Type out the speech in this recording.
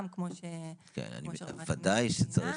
להצטנף,